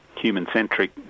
human-centric